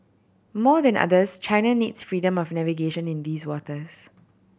more than others China needs freedom of navigation in these waters